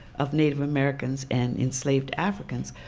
of native americans and enslaved africans,